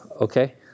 Okay